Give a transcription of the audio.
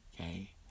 Okay